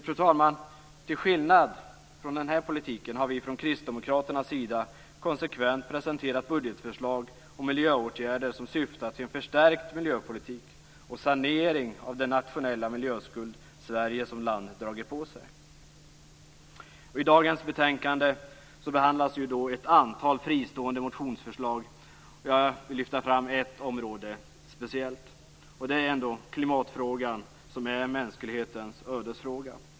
Fru talman! Till skillnad från denna politik har vi från kistdemokraternas sida konsekvent presenterat budgetförslag och miljöåtgärder som syftar till en förstärkt miljöpolitik och sanering av den nationella miljöskuld som Sverige har dragit på sig. I dagens betänkande behandlas ett antal fristående motionsförslag. Jag vill speciellt lyfta fram ett område, nämligen klimatfrågan som är mänsklighetens ödesfråga.